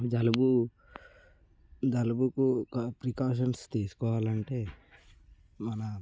జలుబు జలుబుకు ఒక ప్రికాషన్స్ తీసుకోవాలంటే మన